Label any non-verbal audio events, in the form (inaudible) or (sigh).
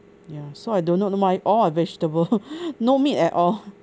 ya so I do not know why all are vegetable (laughs) no meat at all